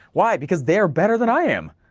why because they're better than i am,